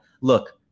look